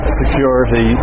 security